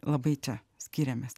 labai čia skiriamės